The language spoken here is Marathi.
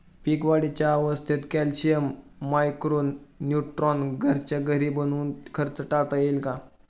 पीक वाढीच्या अवस्थेत कॅल्शियम, मायक्रो न्यूट्रॉन घरच्या घरी बनवून खर्च टाळता येईल का?